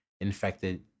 infected